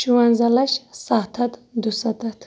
شُوَنزَہ لَچھ سَتھ ہَتھ دُسَتَتھ